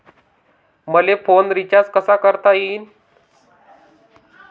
मले phone recharge कसा करता येईन?